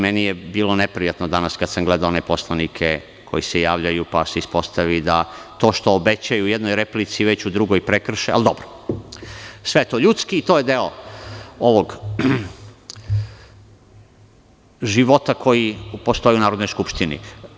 Meni je bilo neprijatno danas kad sam gledao one poslanike koji se javljaju pa se ispostavi da to što obećaju u jednoj replici veću drugoj prekrše, ali dobro, sve je to ljudski, to je deo ovog života koji postoji u Narodnoj Skupštini.